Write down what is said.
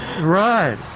Right